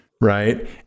right